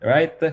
Right